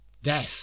death